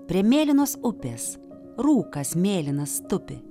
prie mėlynos upės rūkas mėlynas tupi